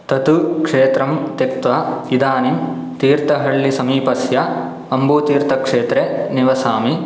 तत् क्षेत्रं त्यक्त्वा इदानीं तीर्थहल्लिसमीपस्य अम्बुतीर्थक्षेत्रे निवसामि